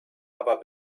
aber